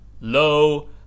Lo